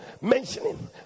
Mentioning